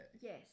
yes